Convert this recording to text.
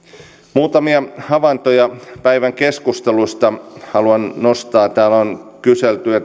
muutamia havaintoja päivän keskustelusta haluan nostaa täällä on kyselty